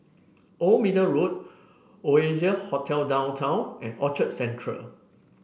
Old Middle Road Oasia Hotel Downtown and Orchard Central